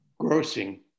grossing